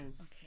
okay